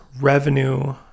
revenue